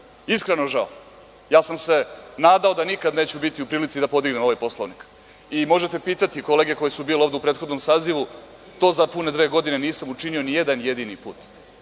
iskreno žao. Ja sam se nadao da nikad neću biti u prilici da podignem ovaj Poslovnik i možete pitati kolege koje su bile ovde u prethodnom sazivu, to za pune dve godine nisam učinio ni jedan jedini put. To